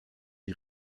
die